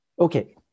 okay